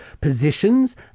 positions